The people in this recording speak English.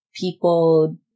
people